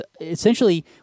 essentially